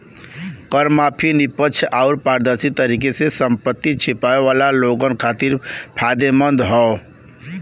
कर माफी निष्पक्ष आउर पारदर्शी तरीके से संपत्ति छिपावे वाला लोगन खातिर फायदेमंद हौ